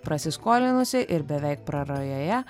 prasiskolinusi ir beveik prarajoje